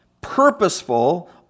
purposeful